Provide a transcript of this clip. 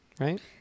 right